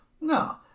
No